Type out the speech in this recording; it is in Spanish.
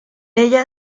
ella